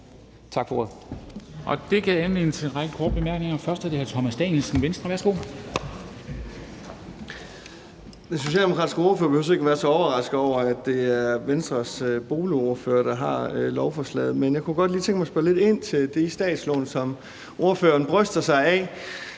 Det gav anledning til en række korte bemærkninger. Først er det fra hr. Thomas Danielsen, Venstre. Værsgo. Kl. 13:06 Thomas Danielsen (V): Den socialdemokratiske ordfører behøver ikke at være så overrasket over, at det er Venstres boligordfører, der har lovforslaget. Men jeg kunne godt lige tænke mig at spørge lidt ind til det i statslånet, som ordføreren bryster sig af.